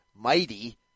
Mighty